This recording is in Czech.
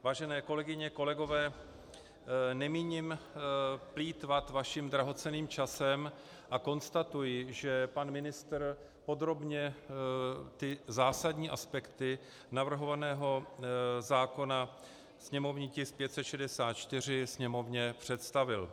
Vážené kolegyně, kolegové, nemíním plýtvat vaším drahocenným časem a konstatuji, že pan ministr podrobně zásadní aspekty navrhovaného zákona, sněmovní tisk 564, Sněmovně představil.